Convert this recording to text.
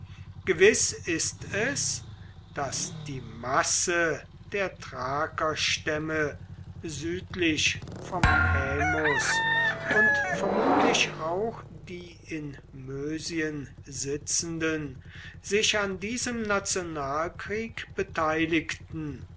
gewiß ist es daß die masse der thrakerstämme südlich vom haemus und vermutlich auch die in mösien sitzenden sich an diesem nationalkrieg beteiligten